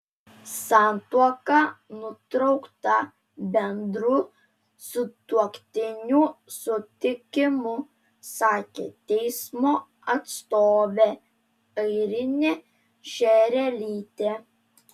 santuoka nutraukta bendru sutuoktinių sutikimu sakė teismo atstovė airinė šerelytė